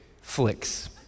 flicks